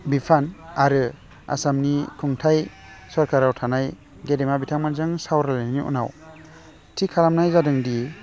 बिफान आरो आसामनि खुंथाइ सरकाराव थानाय गेदेमा बिथांमोनजों सावरायनायनि उनाव थि खालामनाय जादोंदि